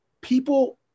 people